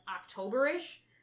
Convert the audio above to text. October-ish